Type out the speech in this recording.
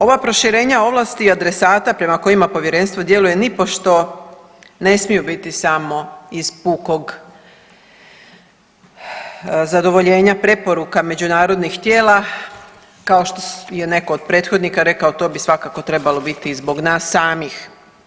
Ova proširenja ovlasti adresata prema kojima povjerenstvo djeluje nipošto ne smiju biti samo iz pukog zadovoljenja preporuka međunarodnih tijela kao što je netko od prethodnika rekao to bi svakako trebalo biti zbog nas samih.